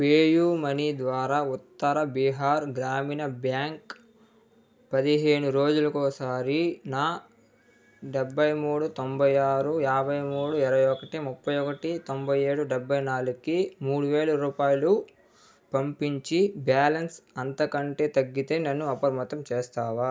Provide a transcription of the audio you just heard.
PayU money ద్వారా ఉత్తర బీహార్ గ్రామీణ బ్యాంక్ పదిహేను రోజులకోసారి నా డెబ్భై మూడు తొంభై ఆరు యాభై మూడు ఇరవై ఒకటి ముప్పై ఒకటి తొంభై ఏడు డెబ్భై నాలుగుకి మూడు వేలు రూపాయలు పంపించి బ్యాలన్స్ అంతకంటే తగ్గితే నన్ను అప్రమత్తం చేస్తావా